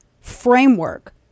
framework